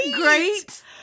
Great